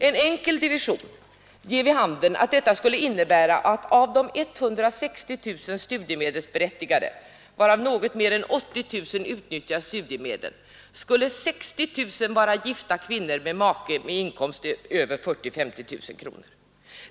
En enkel division ger vid handen att detta skulle innebära att av de 160 000 studiemedelsberättigade, av vilka något mer än 80 000 utnyttjar studiemedel, skulle 60 000 vara gifta kvinnor med make med en inkomst över 40 000-50 000 kronor.